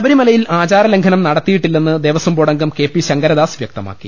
ശബരിമലയിൽ ആചാരലംഘനം നടത്തിയിട്ടില്ലെന്ന് ദേവസ്വം ബോർഡംഗം കെ പി ശങ്കരദാസ് വൃക്തമാക്കി